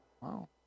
Wow